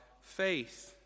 faith